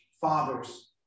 Fathers